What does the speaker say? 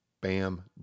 Bam